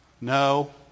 No